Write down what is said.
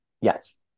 yes